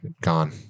gone